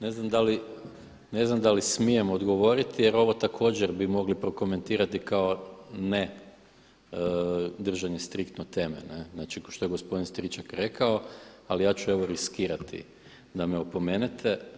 Ne znam da li smijem odgovoriti jer ovo također bi mogli prokomentirati kao ne držanje striktno teme, ne, znači što je gospodin Striček rekao ali ja ću evo riskirati da me opomenete.